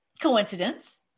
coincidence